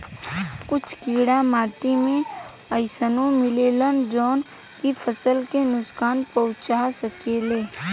कुछ कीड़ा माटी में अइसनो मिलेलन जवन की फसल के नुकसान पहुँचा सकेले